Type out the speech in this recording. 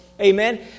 Amen